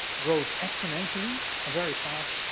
grows exponentially, and very fast.